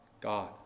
God